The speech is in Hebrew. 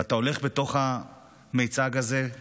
ואתה הולך בתוך המיצג הזה,